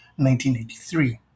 1983